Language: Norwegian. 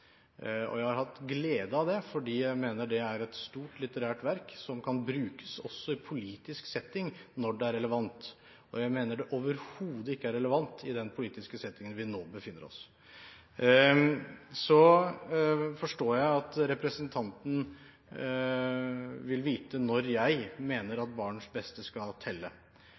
Jeg har hatt glede av det, for jeg mener det er et stort litterært verk som også kan brukes i en politisk setting når det er relevant, og jeg mener det overhodet ikke er relevant i den politiske settingen vi nå befinner oss. Så forstår jeg at representanten vil vite når jeg mener at barns beste skal telle.